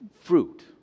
fruit